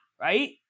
right